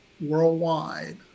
worldwide